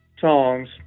songs